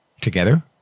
Together